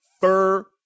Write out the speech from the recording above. fur